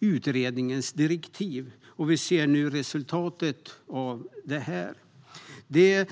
utredningens direktiv, och vi ser nu resultatet av detta.